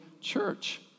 church